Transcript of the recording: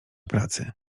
pracy